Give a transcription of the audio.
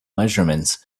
measurements